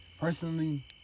personally